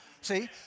See